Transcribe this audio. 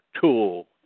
tool